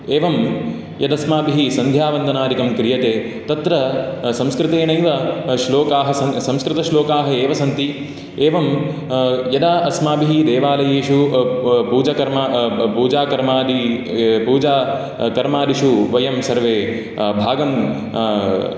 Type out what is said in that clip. एवं यदस्माभिः सन्ध्यावन्दनादिकं क्रियते तत्र संस्कृतेनैव श्लोकाः सं संस्कृतश्लोकाः एव सन्ति एवं यदा अस्माभिः देवालयेषु पूजकर्मा पूजाकर्मादि पूजाकर्मादिषु वयं सर्वे भागं